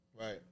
right